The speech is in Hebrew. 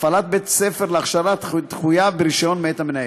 הפעלת בית-ספר להכשרה תחויב ברישיון מאת המנהל.